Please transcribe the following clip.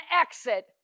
exit